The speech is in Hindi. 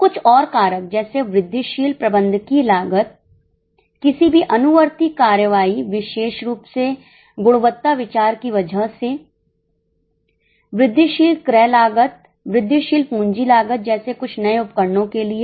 कुछ और कारक जैसे वृद्धिशील प्रबंधकीय लागत किसी भी अनुवर्ती कार्रवाई विशेष रूप से गुणवत्ता विचार की वजह से वृद्धिशील क्रय लागत वृद्धिशील पूंजी लागत जैसे कुछ नए उपकरणों के लिए